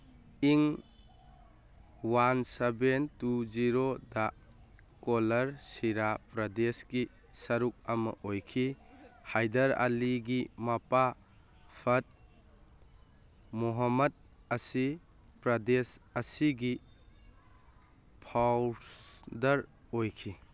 ꯏꯪ one seven two ꯖꯤꯔꯣꯗ ꯀꯣꯂꯔ ꯁꯤꯔꯥ ꯄ꯭ꯔꯗꯦꯁꯀꯤ ꯁꯔꯨꯛ ꯑꯃ ꯑꯣꯏꯈꯤ ꯍꯥꯏꯗꯔ ꯑꯂꯤꯒꯤ ꯃꯄꯥ ꯐꯠ ꯃꯣꯍꯃꯠ ꯑꯁꯤ ꯄ꯭ꯔꯗꯦꯁ ꯑꯁꯤꯒꯤ ꯐꯥꯎꯁꯗꯔ ꯑꯣꯏꯈꯤ